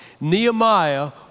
Nehemiah